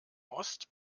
ost